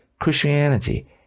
Christianity